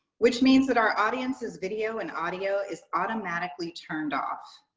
which means that our audiences video and audio is automatically turned off.